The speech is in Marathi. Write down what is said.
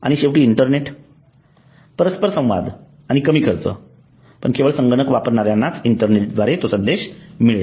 आणि शेवटी इंटरनेट परस्पर संवाद आणि कमी खर्च केवळ संगणक वापरनाऱ्यानाच इंटरनेटद्वारे तो संदेश मिळेल